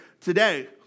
today